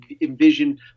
envision